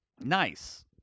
Nice